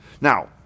Now